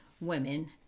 women